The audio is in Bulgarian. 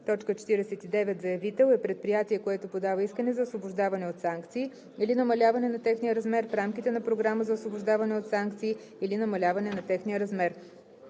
49. „Заявител“ е предприятие, което подава искане за освобождаване от санкции или намаляване на техния размер в рамките на програма за освобождаване от санкции или намаляване на техния размер.